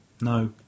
No